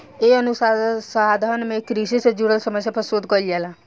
ए अनुसंधान में कृषि से जुड़ल समस्या पर शोध कईल जाला